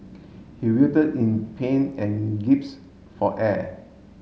he writhed in pain and for air